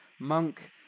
Monk